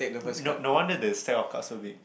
no no wonder the stack of cards so big